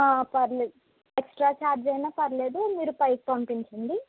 పర్లేదు extra charge అయిన పర్లేదు మీరు పైకి పంపించండి